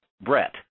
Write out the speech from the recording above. Brett